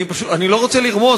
אני לא רוצה לרמוז,